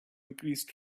increased